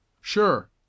Sure